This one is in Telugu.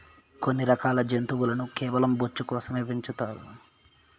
కొన్ని రకాల జంతువులను కేవలం బొచ్చు కోసం పెంచుతారు